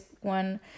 one